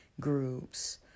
groups